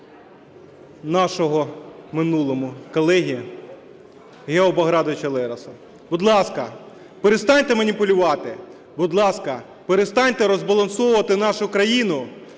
нашого в минулому колеги Гео Багратовича Лероса. Будь ласка, перестаньте маніпулювати, будь ласка, перестаньте розбалансовувати нашу країну.